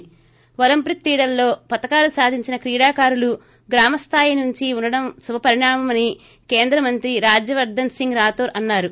ి ప్ర ఒలింపిక్ క్రీడల్లో పతకాలు సాధించిన క్రీడాకారులు గ్రామ స్లాయి నుంచి ఉండడం శుభ పరిణామమని కేంద్ర మంత్రి రాజ్యవర్దన్ సీంగ్ రాథోర్ అన్నారు